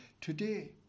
today